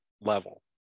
level